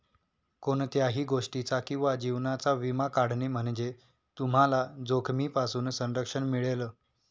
कोणत्याही गोष्टीचा किंवा जीवनाचा विमा काढणे म्हणजे तुम्हाला जोखमीपासून संरक्षण मिळेल